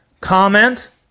comment